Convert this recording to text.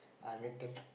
I make them